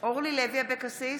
אורלי לוי אבקסיס,